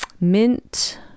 mint